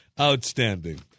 Outstanding